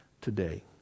today